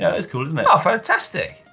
that is cool isn't it? oh, fantastic!